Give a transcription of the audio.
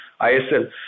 ISL